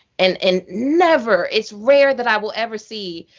and and never it's rare that i will ever see